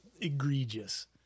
egregious